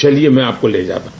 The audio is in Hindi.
चलिये मैं आपको ले जाता हूं